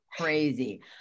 crazy